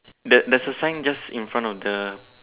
there there's a sign just in front of the